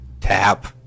tap